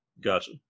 Gotcha